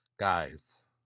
Guys